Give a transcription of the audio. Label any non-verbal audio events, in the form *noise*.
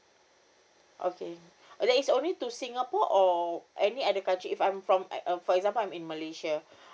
okay uh that is only to singapore or any other country if I'm from like uh for example I'm in malaysia *breath*